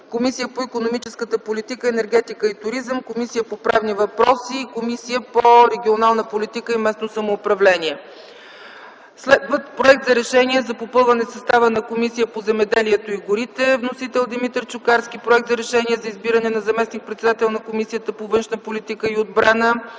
Комисията по икономическата политика, енергетика и туризъм, Комисията по правни въпроси и Комисията по регионална политика и местно самоуправление. Проект за решение за попълване състава на Комисията по земеделието и горите. Вносител – Димитър Чукарски. Проект за решение за избиране на заместник-председател на Комисията по външна политика и отбрана.